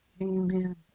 Amen